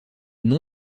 nom